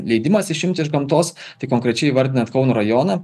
leidimas išimti iš gamtos tai konkrečiai įvardinant kauno rajoną